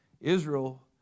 Israel